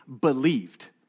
believed